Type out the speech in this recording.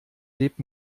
lebt